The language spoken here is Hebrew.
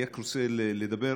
אני רק רוצה להאיר